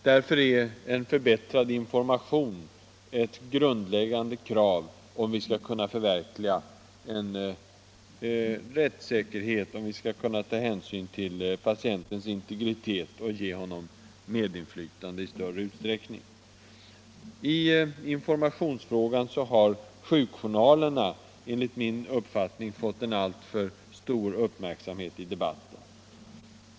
Därför är en förbättrad information ett grundläggande krav, om vi skall kunna förverkliga rättssäkerheten, 71 Insyn, integritet, medinflytande och rättssäkerhet inom sjukvården ta hänsyn till patientens integritet och ge honom medinflytande i större utsträckning. I informationsfrågan har sjukjournalerna enligt min uppfattning fått en alltför stor uppmärksamhet i debatten.